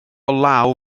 law